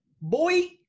boy